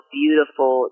beautiful